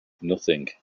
nothing